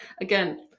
Again